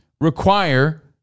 require